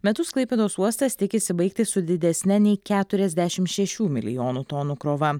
metus klaipėdos uostas tikisi baigti su didesne nei keturiasdešim šešių milijonų tonų krova